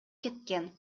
кеткен